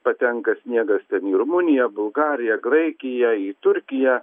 patenka sniegas ten į rumuniją bulgariją graikiją į turkiją